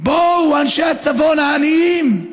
בואו, אנשי הצפון העניים,